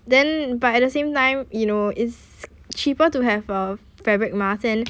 then but at the same time you know it's cheaper to have a fabric mask and